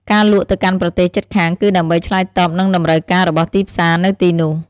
ការលក់ទៅកាន់ប្រទេសជិតខាងគឺដើម្បីឆ្លើយតបនឹងតម្រូវការរបស់ទីផ្សារនៅទីនោះ។